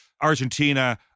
Argentina